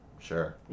sure